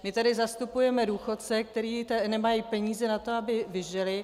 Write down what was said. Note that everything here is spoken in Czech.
My tady zastupujeme důchodce, kteří nemají peníze na to, aby vyžili.